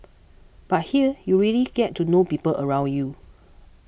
but here you really get to know people around you